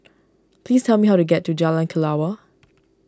please tell me how to get to Jalan Kelawar